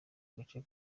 agace